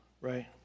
right